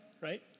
right